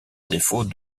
défaut